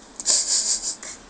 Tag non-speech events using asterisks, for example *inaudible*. *laughs*